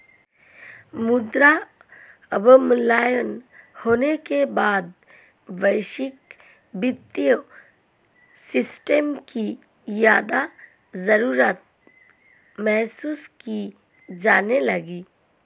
मुद्रा अवमूल्यन होने के बाद वैश्विक वित्तीय सिस्टम की ज्यादा जरूरत महसूस की जाने लगी